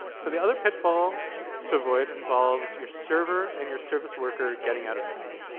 so the other pitfall to avoid involves your server and your service worker getting out of sync.